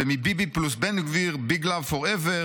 ומביבי פלוס בן גביר, big love forever.